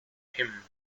him